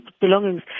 belongings